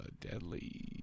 deadly